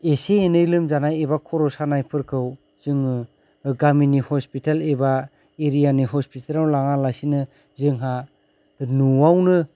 इसे इनै लोमजानाय एबा खर' सानायफोरखौ जोङो गामिनि हस्पिटेल एबा एरियानि हस्पिटेलआव लाङालासेनो जोंहा न'आवनो